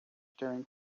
staring